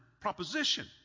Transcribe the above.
proposition